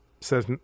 says